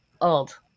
old